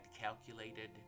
calculated